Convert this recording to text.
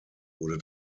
wurde